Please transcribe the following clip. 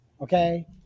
okay